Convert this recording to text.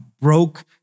broke